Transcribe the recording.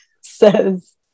says